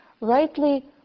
rightly